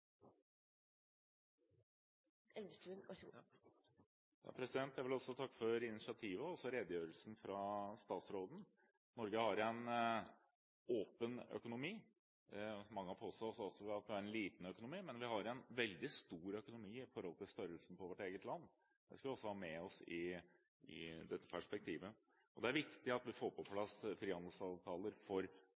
Jeg vil også takke for initiativet og for redegjørelsen fra statsråden. Norge har en åpen økonomi. Mange påstår at vi har en liten økonomi, men vi har en veldig stor økonomi i forhold til størrelsen på vårt eget land. Det skal vi også ha med oss i dette perspektivet. Det er viktig at vi får på plass frihandelsavtaler for